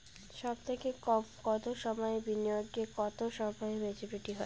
সবথেকে কম কতো সময়ের বিনিয়োগে কতো সময়ে মেচুরিটি হয়?